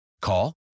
Call